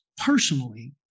personally